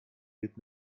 wird